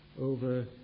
over